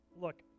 look